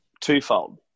twofold